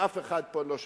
ואף אחד פה לא שמע.